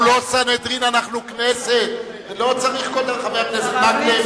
אנחנו לא סנהדרין, אנחנו כנסת, חבר הכנסת מקלב.